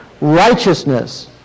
righteousness